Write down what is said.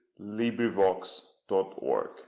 LibriVox.org